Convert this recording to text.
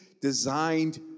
designed